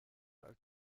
alt